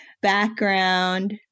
background